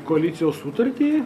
koalicijos sutartį